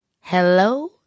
Hello